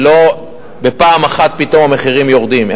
ולא בפעם אחת פתאום מחירים יורדים,